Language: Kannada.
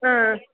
ಹಾಂ